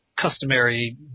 customary